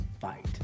fight